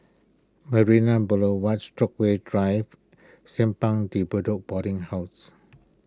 Marina Boulevard Stokesay Drive Simpang De Bedok Boarding House